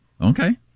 Okay